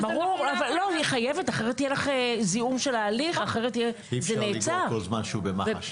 אז --- אי אפשר לגעת בו כל זמן שהוא במח"ש.